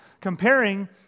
comparing